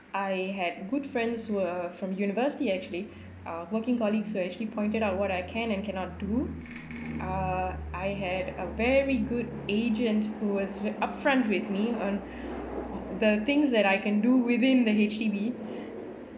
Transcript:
I had good friends were from university actually uh working colleagues who actually pointed out what I can and cannot do uh I had a very good agent who was ve~ upfront with me on the things that I can do within the H_D_B